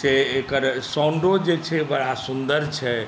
से एकर साउण्डो जे छै से बड़ा सुन्दर छै